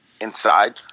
inside